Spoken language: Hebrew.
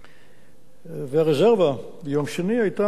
והרזרבה ביום שני היתה קצת יותר מ-6%.